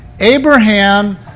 Abraham